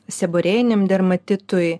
seborėjiniam dermatitui